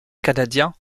canadien